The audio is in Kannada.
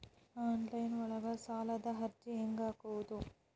ಆನ್ಲೈನ್ ಒಳಗ ಸಾಲದ ಅರ್ಜಿ ಹೆಂಗ್ ಹಾಕುವುದು?